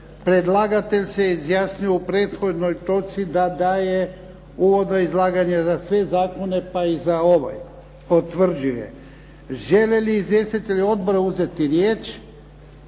Predlagatelj se izjasnio u prethodnoj točci da daje uvodno izlaganje za sve zakone pa i za ovaj. Potvrđuje. Žele li izvjestitelji odbora uzeti riječ?